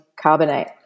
carbonate